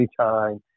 anytime